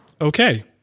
Okay